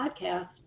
podcast